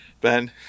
Ben